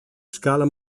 scala